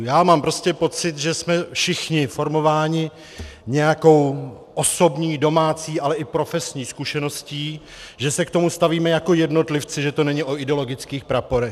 Já mám prostě pocit, že jsme všichni formováni nějakou osobní, domácí, ale i profesní zkušeností, že se k tomu stavíme jako jednotlivci, že to není o ideologických praporech.